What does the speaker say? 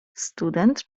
student